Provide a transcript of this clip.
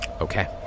Okay